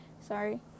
Sorry